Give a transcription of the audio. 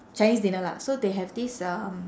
chinese dinner lah so they have this um